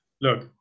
Look